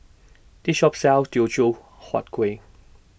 This Shop sells Teochew Huat Kuih